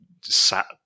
sat